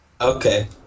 Okay